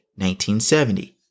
1970